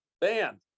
band